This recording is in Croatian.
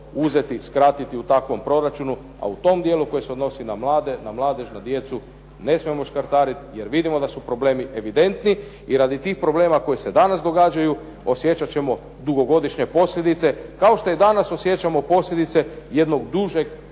uzeti, skratiti u takvom proračunu, a u tom dijelu koji se odnosi na mlade, na mladež na djecu ne smijemo škrtariti jer vidimo da su problemi evidentni i radi tih problema koji se danas događaju osjećat ćemo dugogodišnje posljedice kao što i danas osjećamo posljedice jednog dužeg